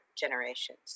generations